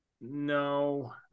No